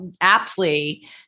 aptly